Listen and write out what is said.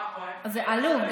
זה עלוב.